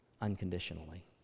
unconditionally